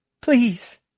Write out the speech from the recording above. Please